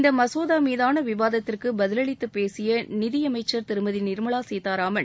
இந்த மசோதா மீதான விவாதத்திற்கு பதில் அளித்து பேசிய நிதியமைச்சர் திருமதி நிர்மலா சீத்தாராமன்